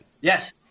Yes